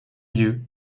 lieu